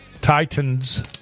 Titans